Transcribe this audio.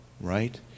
right